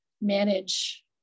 manage